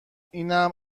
اینم